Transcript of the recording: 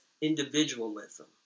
individualism